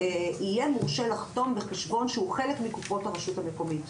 יהיה מורשה לחתום בחשבון שהוא חלק מקופות הרשות המקומית.